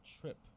trip